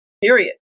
period